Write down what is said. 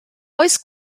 oes